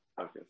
Okay